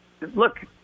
look –